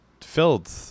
Filled